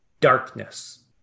darkness